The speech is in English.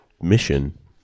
mission